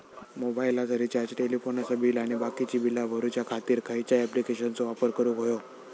मोबाईलाचा रिचार्ज टेलिफोनाचा बिल आणि बाकीची बिला भरूच्या खातीर खयच्या ॲप्लिकेशनाचो वापर करूक होयो?